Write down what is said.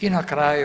I na kraju